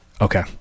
Okay